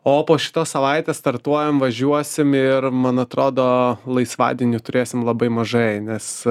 o po šitos savaitės startuojam važiuosim ir man atrodo laisvadienių turėsim labai mažai nes